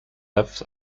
left